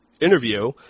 interview